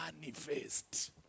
manifest